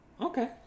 Okay